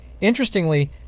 Interestingly